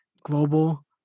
global